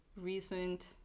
recent